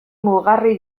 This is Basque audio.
mugarri